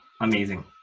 amazing